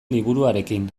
liburuarekin